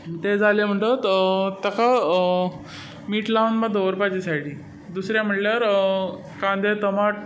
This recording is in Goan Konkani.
ताका मीठ लावन बा दवरपाचे सायडी दुसरे म्हणल्यार कांदे टमाट